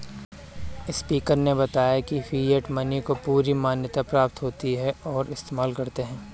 speaker ने बताया की फिएट मनी को पूरी मान्यता प्राप्त होती है और इस्तेमाल करते है